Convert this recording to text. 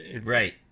right